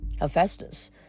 Hephaestus